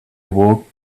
awoke